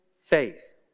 faith